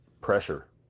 pressure